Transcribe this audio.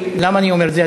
למה אני אומר את זה?